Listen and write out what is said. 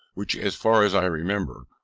which, as far as i remember,